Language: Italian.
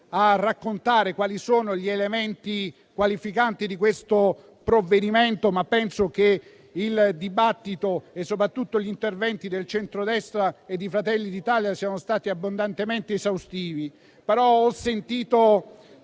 a raccontare gli elementi qualificanti di questo provvedimento, ma penso che il dibattito e soprattutto gli interventi del centrodestra e di Fratelli d'Italia siamo stati abbondantemente esaustivi.